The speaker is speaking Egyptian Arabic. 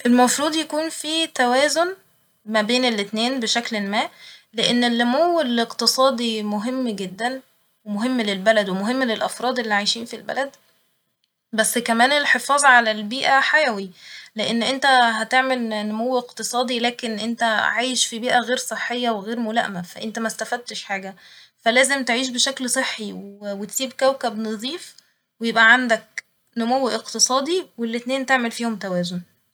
المفروض يكون في توازن ما بين الاتنين بشكل ما ، لإن النمو الاقتصادي مهم جدا ومهم للبلد ومهم للأفراد اللي عايشين في البلد ، بس كمان الحفاظ على البيئة حيوي لإن انت هتعمل نمو اقتصادي لكن انت عايش في بيئة غير صحية وغير ملائمة ف انت مستفدتش حاجة ، فلازم تعيش بشكل صحي و و تسيب كوكب نضيف ويبقى عندك نمو اقصادي والاتنين تعمل فيهم توازن